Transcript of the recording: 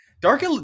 Dark